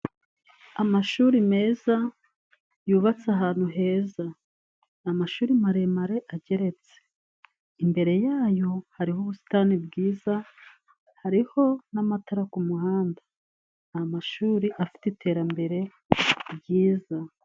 Amashuri meza yubatse ahantu heza, amashuri maremare ageretse. Imbere yayo hariho ubusitani bwiza, hariho n'amatara kumuhanda. Ni amashuri afite iterambere ryiza.